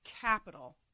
capital